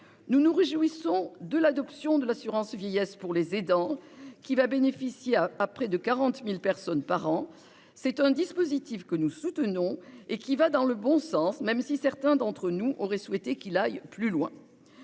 Nous nous réjouissons de l'adoption de l'assurance vieillesse du parent au foyer (AVPF), qui va bénéficier à près de 40 000 personnes par an. C'est un dispositif que nous soutenons et qui va dans le bon sens, même si certains d'entre nous auraient souhaité aller plus loin.